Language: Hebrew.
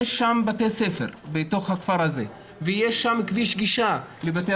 יש בתוך הכפר בתי ספר ויש כביש גישה לבתי